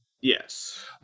Yes